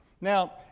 Now